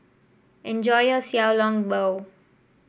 enjoy your Xiao Long Bao